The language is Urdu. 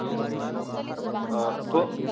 اچھا آپ